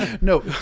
No